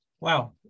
Wow